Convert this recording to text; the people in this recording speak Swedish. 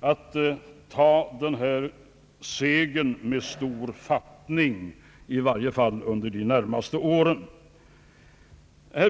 att ta denna seger med stor fattning, i varje fall under de närmaste åren.